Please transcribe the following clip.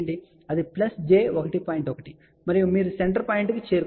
1 మరియు మీరు centre point కు చేరుకుంటారు